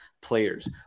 players